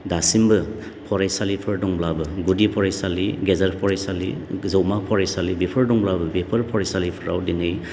दासिमबो फरायसालिफोर दंब्लाबो गुदि फरायसालि गेजेर फरायसालि गोजौमा फरायसालि बेफोर दंब्लाबो बेफोर फरायसालिफोराव दिनै